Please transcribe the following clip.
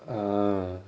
ah